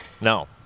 No